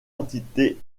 entité